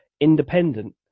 Independent